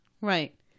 Right